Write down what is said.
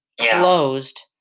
closed